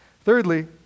Thirdly